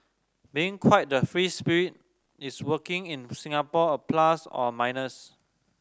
being quite the free spirit is working in Singapore a plus or a minus